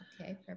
okay